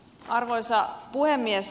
arvoisa puhemies